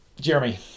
Jeremy